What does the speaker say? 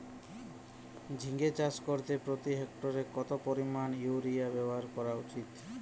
ঝিঙে চাষ করতে প্রতি হেক্টরে কত পরিমান ইউরিয়া ব্যবহার করা উচিৎ?